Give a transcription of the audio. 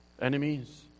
enemies